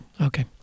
Okay